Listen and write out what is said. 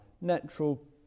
natural